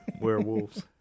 Werewolves